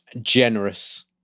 generous